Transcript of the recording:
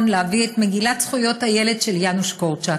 להביא את מגילת זכויות הילד של יאנוש קורצ'אק.